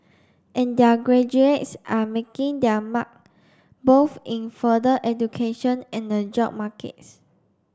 and their graduates are making their mark both in further education and the job markets